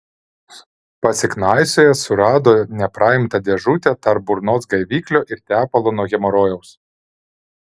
pasiknaisiojęs surado nepraimtą dėžutę tarp burnos gaiviklio ir tepalo nuo hemorojaus